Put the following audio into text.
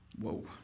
whoa